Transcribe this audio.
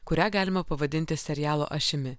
kurią galima pavadinti serialo ašimi